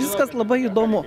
viskas labai įdomu